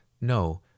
No